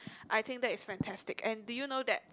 I think that is fantastic and do you know that